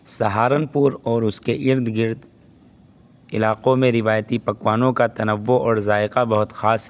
سہارنپور اور اس کے ارد گرد علاقوں میں روایتی پکوانوں کا تنوع اور ذائقہ بہت خاص ہے